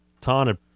Tana